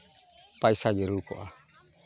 ᱯᱚᱭᱥᱟ ᱡᱟᱹᱨᱩᱲ ᱠᱚᱜᱼᱟ